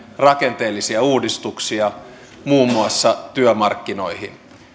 rakenteellisia uudistuksia muun muassa työmarkkinoihin